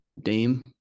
Dame